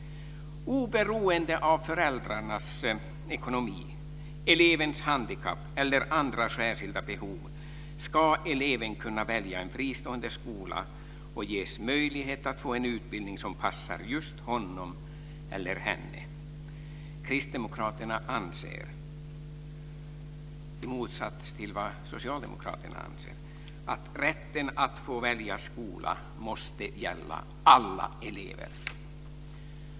Oberoende av föräldrarnas ekonomi, elevens handikapp eller andra särskilda behov ska eleven kunna välja en fristående skola och ges möjlighet att få en utbildning som bäst passar just honom eller henne. Kristdemokraterna anser, i motsats till socialdemokraterna, att rätten att få välja skola måste gälla alla elever.